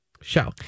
show